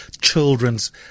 children's